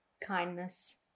Kindness